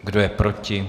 Kdo je proti?